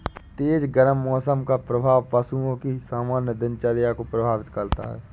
तेज गर्म मौसम का प्रभाव पशुओं की सामान्य दिनचर्या को प्रभावित करता है